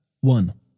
one